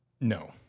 No